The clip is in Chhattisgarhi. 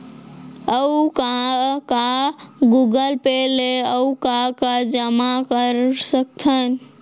अऊ का का गूगल पे ले अऊ का का जामा कर सकथन?